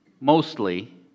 mostly